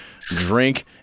drink